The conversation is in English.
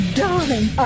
darling